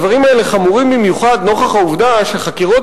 הדברים האלה חמורים במיוחד נוכח העובדה שחקירות